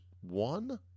one